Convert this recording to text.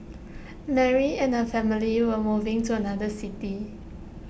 Mary and her family were moving to another city